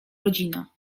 rodzina